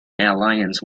alliance